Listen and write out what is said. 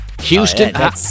Houston